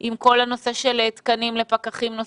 עם כל הנושא של תקנים לפקחים נוספים.